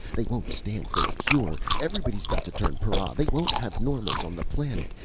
they won't stand for a cure! everybody's got to turn para! they won't have normals on the planet!